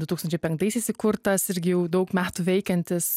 du tūkstančiai penktaisiais įkurtas irgi jau daug metų veikiantis